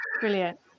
Brilliant